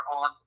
on